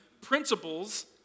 principles